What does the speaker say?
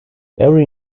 every